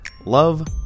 Love